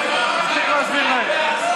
צריך להסביר להם.